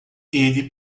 ele